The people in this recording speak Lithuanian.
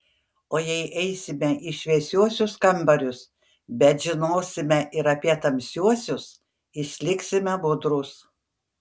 o jei eisime į šviesiuosius kambarius bet žinosime ir apie tamsiuosius išliksime budrūs